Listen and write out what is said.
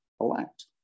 elect